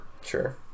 sure